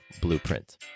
blueprint